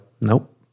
Nope